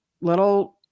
little